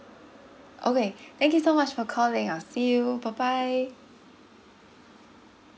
okay thank you so much for calling I'll see you bye bye